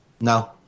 No